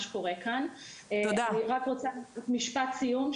רק רוצה להגיד משפט לסיום.